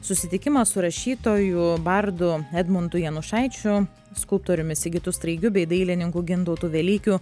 susitikimą su rašytoju bardu edmundu janušaičiu skulptoriumi sigitu straigiu bei dailininku gintautu velykiu